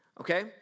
okay